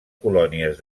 colònies